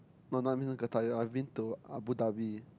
no no I mean not Qatar I've been to Abu-Dhabi